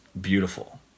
beautiful